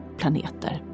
planeter